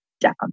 down